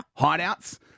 hideouts